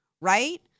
right